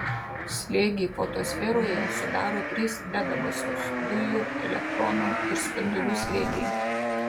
slėgį fotosferoje sudaro trys dedamosios dujų elektronų ir spindulių slėgiai